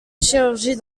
chirurgie